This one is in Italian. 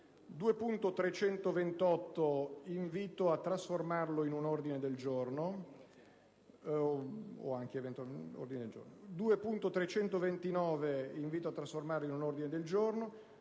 è un invito a trasformarlo in ordine del giorno.